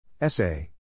Essay